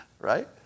right